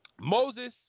moses